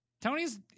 Tony's